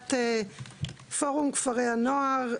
כנציגת פורום כפרי הנוער,